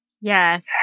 Yes